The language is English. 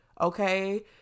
Okay